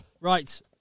Right